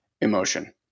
emotion